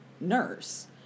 nurse